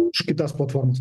už kitas platformas